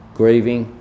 grieving